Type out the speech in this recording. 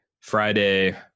Friday